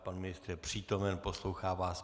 Pan ministr je přítomen a poslouchá vás.